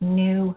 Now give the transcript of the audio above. new